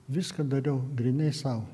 viską dariau grynai sau